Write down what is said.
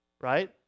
right